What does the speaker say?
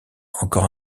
encore